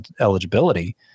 eligibility